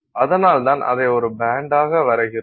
அதனால் தான் அதை ஒரு பேண்ட் ஆக வரைகிறோம்